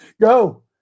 Go